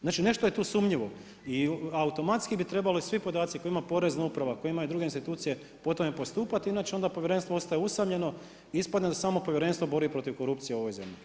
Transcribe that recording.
Znači nešto je tu sumnjivo i automatski bi trebalo i svi podaci koje ima Porezna uprava, koje ima i druge institucije po tome postupati inače onda povjerenstvo ostaje usamljeno, ispadne da se samo povjerenstvo bori protiv korupcije u ovoj zemlji.